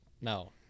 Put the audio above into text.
No